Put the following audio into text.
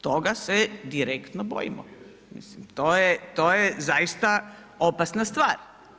Toga se direktno bojimo, to je zaista opasna stvar.